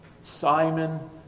Simon